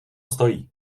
stojí